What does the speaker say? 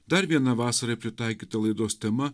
dar vieną vasarai pritaikyta laidos tema